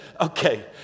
okay